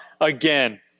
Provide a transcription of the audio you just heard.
again